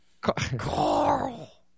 Carl